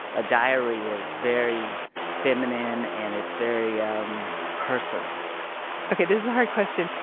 a diary is very feminine and it's very um personal ok. this is a hard question.